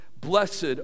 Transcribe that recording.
blessed